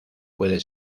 puede